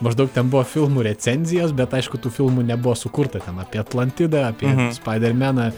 maždaug ten buvo filmų recenzijos bet aišku tų filmų nebuvo sukurta ten apie atlantidą apie spaidermeną